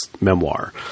memoir